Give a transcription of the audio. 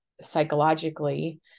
psychologically